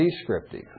descriptive